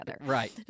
Right